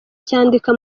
cyandika